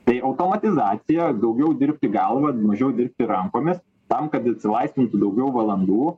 tai automatizacija daugiau dirbti galva mažiau dirbti rankomis tam kad atsilaisvinti daugiau valandų